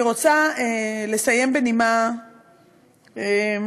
אני רוצה לסיים בנימה עצובה,